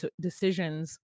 decisions